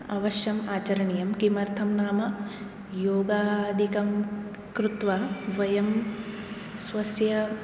अवश्यम् आचरणीयं किमर्थं नाम योगादिकं कृत्वा वयं स्वस्य